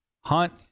hunt